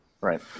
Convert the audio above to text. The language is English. Right